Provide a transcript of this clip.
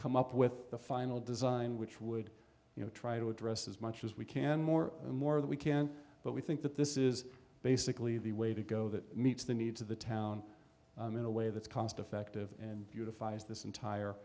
come up with the final design which would you know try to address as much as we can more and more that we can but we think that this is basically the way to go that meets the needs of the town in a way that's cost effective and beautifies this entire